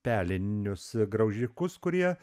pelinius graužikus kurie